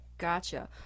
Gotcha